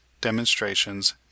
demonstrations